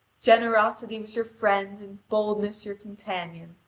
generosity was your friend and boldness your companion.